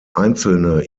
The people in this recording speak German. einzelne